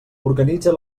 organitza